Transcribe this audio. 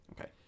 Okay